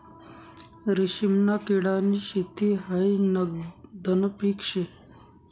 रेशीमना किडानी शेती हायी नगदनं पीक शे